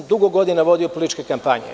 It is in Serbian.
Dugo godina sam vodio političke kampanje.